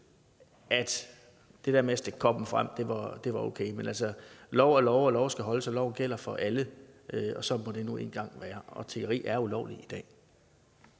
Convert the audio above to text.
at det der med at stikke koppen frem var okay, men altså, lov er lov, og lov skal holdes, og loven gælder for alle, og sådan må det nu engang være. Tiggeri er ulovligt i dag.